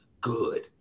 good